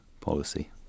policy